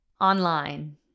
online